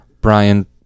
Brian